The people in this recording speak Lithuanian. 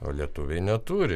o lietuviai neturi